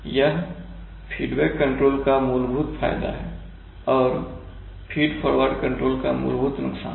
यह feedback control का मूलभूत फायदा है और फीड फॉरवर्ड कंट्रोल का मूलभूत नुकसान